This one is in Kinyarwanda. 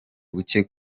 bucye